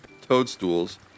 toadstools